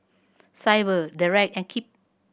Syble Dereck and Kipp